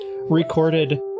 Recorded